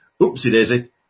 Oopsie-daisy